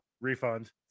refund